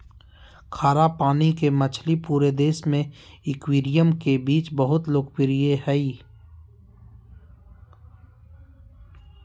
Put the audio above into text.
खारा पानी के मछली पूरे देश में एक्वेरियम के बीच बहुत लोकप्रिय हइ